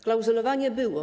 Klauzulowanie było.